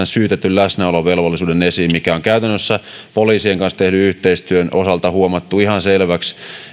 syytetyn läsnäolovelvollisuuden mikä on käytännössä poliisien kanssa tehdyn yhteistyön osalta huomattu ihan selvästi